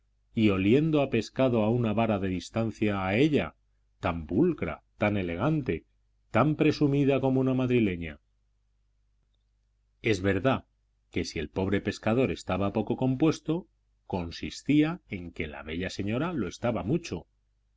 y oliendo a pescado a una vara de distancia a ella tan pulcra tan elegante tan presumida como una madrileña es verdad que si el pobre pescador estaba poco compuesto consistía en que la bella señora lo estaba mucho